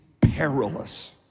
perilous